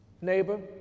Neighbor